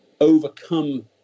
overcome